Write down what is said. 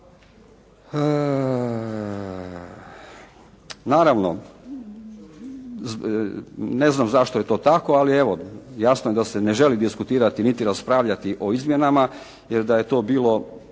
Naravno ne znam zašto je to tako, ali evo jasno je da se želi diskutirati niti raspravljati o izmjenama, jer da je to bilo,